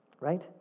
Right